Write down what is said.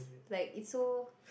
like it's so